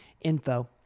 info